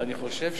אני חושב שכן.